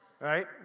right